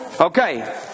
Okay